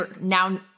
now